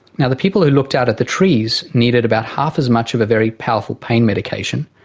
and the people who looked out at the trees needed about half as much of a very powerful pain medication,